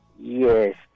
Yes